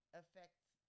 affects